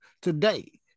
today